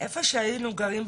במקום שהיינו גרים,